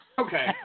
Okay